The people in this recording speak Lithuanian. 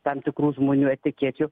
tam tikrų žmonių etikečių